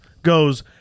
Goes